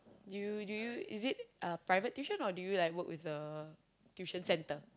do you do you is it a private tuition or do you like work with a tuition center